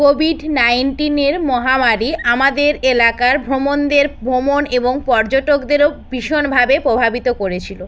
Covid নাইন্টিনের মহামারী আমাদের এলাকার ভ্রমনদের ভ্রমন এবং পর্যটকদেরও ভীষণভাবে প্রভাবিত করেছিলো